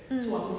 mm